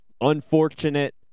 unfortunate